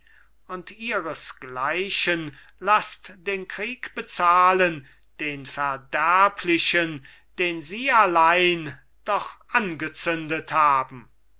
und ihresgleichen laßt den krieg bezahlen den verderblichen den sie allein doch angezündet haben